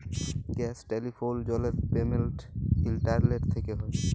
gas, telephone, জলের payment internet থ্যকে হয়